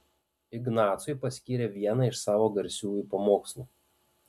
ignacui paskyrė vieną iš savo garsiųjų pamokslų